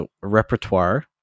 repertoire